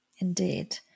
indeed